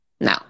no